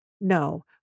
No